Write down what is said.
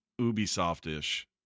ubisoft-ish